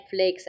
Netflix